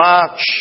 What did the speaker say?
March